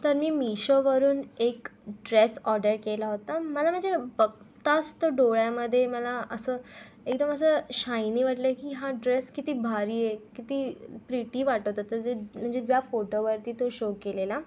तर मी मिशोवरून एक ड्रेस ऑर्डर केला होता मला म्हणजे ना बघताच तो डोळ्यामध्ये मला असं एकदम असं शायनी वाटलं की हा ड्रेस किती भारी आहे किती प्रिटी वाटत होतं जे म्हणजे ज्या फोटोवरती तो शो केलेला